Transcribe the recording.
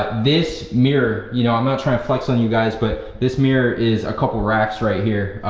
this mirror you know, i'm not trying to flex on you guys, but this mirror is a couple racks right here,